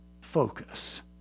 focus